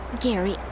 Gary